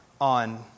on